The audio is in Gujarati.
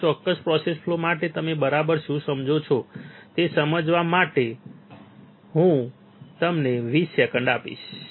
આ ચોક્કસ પ્રોસેસ ફ્લો સાથે તમે બરાબર શું સમજો છો તે સમજવા માટે હું તમને 20 સેકન્ડ આપીશ